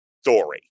story